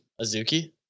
azuki